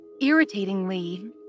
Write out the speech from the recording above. Irritatingly